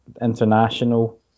international